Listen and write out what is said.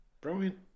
Brilliant